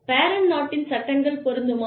parent நாட்டின் சட்டங்கள் பொருந்துமா